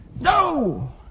No